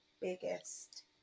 biggest